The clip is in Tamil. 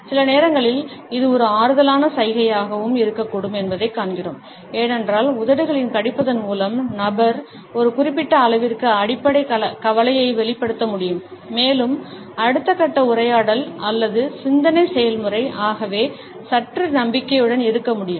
சில நேரங்களில் இது ஒரு ஆறுதலான சைகையாகவும் இருக்கக்கூடும் என்பதைக் காண்கிறோம் ஏனென்றால் உதடுகளில் கடிப்பதன் மூலம் நபர் ஒரு குறிப்பிட்ட அளவிற்கு அடிப்படை கவலையை வெளிப்படுத்த முடியும் மேலும் அடுத்த கட்ட உரையாடல் அல்லது சிந்தனை செயல்முறை ஆகவே சற்று நம்பிக்கையுடன் இருக்க முடியும்